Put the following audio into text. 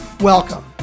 Welcome